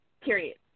Period